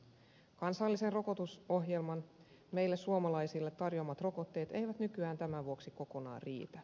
kansallisen rokotusohjelman meille suomalaisille tarjoamat rokotteet eivät nykyään tämän vuoksi kokonaan riitä